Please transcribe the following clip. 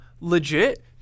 Legit